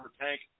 Tank